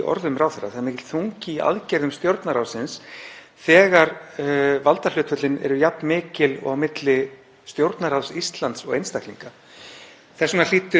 vegna hlýtur ráðherra að þurfa að yfirvega það mjög vandlega hvort hann beiti í ofanálag réttarkerfinu gegn einstaklingum.